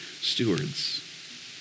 stewards